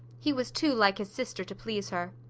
he was too like his sister to please her.